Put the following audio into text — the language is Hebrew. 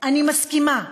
אני מסכימה.